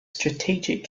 strategic